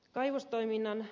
sekavaa